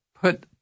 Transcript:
put